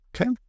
Okay